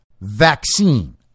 vaccine